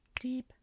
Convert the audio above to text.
deep